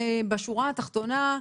בשורה התחתונה,